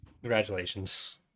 congratulations